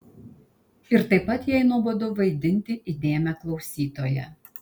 ir taip pat jai nuobodu vaidinti įdėmią klausytoją